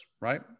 right